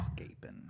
escaping